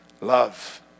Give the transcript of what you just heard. love